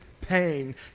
pain